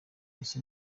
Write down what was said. ese